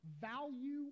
value